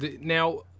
Now